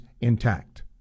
intact